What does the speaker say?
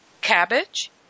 cabbage